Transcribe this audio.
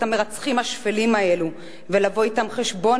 המרצחים השפלים האלו ולבוא אתם חשבון,